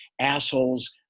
assholes